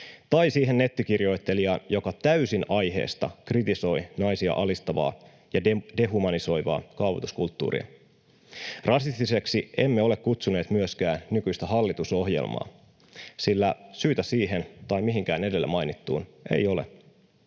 tai siihen nettikirjoittelijaan, joka täysin aiheesta kritisoi naisia alistavaa ja dehumanisoivaa kaavutuskulttuuria. Rasistiseksi emme ole kutsuneet myöskään nykyistä hallitusohjelmaa, sillä syytä siihen tai mihinkään edellä mainittuun ei ole.